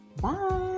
Bye